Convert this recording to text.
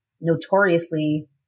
notoriously